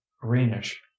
greenish